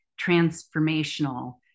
transformational